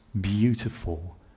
beautiful